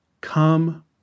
Come